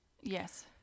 Yes